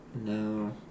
No